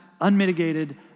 unmitigated